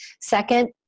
Second